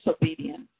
disobedience